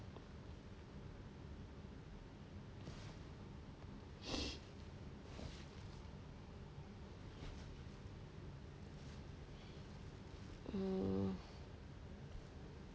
hmm